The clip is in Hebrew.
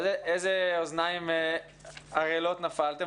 על אילו אוזניים ערלות נפלתם?